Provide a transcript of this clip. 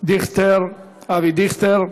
אבי דיכטר.